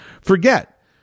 forget